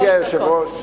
גברתי היושבת-ראש,